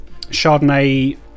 Chardonnay